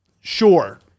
Sure